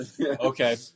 Okay